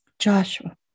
Joshua